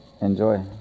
enjoy